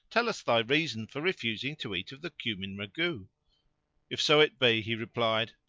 tell us thy reason for refusing to eat of the cumin ragout? if so it be, he replied,